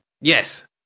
Yes